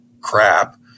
crap